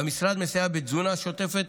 והמשרד מסייע בתזונה שוטפת.